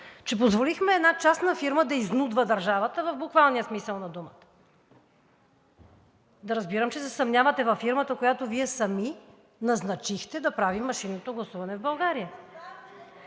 че позволихме една частна фирма да изнудва държавата в буквалния смисъл на думата. Да разбирам, че се съмнявате във фирмата, която Вие сами назначихте да прави машинното гласуване в България?!